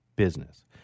business